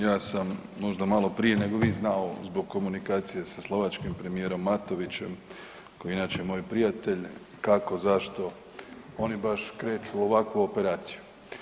Ja sam možda maloprije nego vi znao zbog komunikacije sa slovačkim premijerom Matovičem koji je inače moj prijatelj kako, zašto oni baš kreću u ovakvu operaciju.